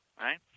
right